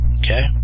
okay